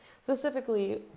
Specifically